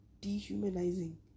dehumanizing